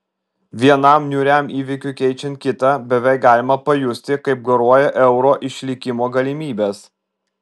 vienam niūriam įvykiui keičiant kitą beveik galima pajusti kaip garuoja euro išlikimo galimybės